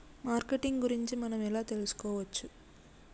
Marketing గురించి మనం ఎలా తెలుసుకోవచ్చు?